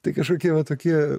tai kažkokie va tokie